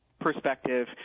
perspective